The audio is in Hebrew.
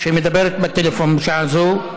שמדברת בטלפון בשעה זו.